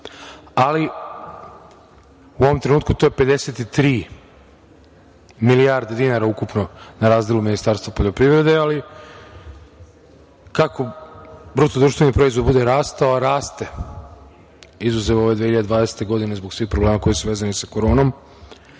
Ali, u ovom trenutku to je 53 milijarde dinara ukupno na razdelu Ministarstva poljoprivrede, ali kako BDP bude rastao, a raste izuzev ove 2020. godine zbog svih problema koji su vezani sa koronom,